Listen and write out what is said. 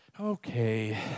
Okay